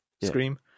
Scream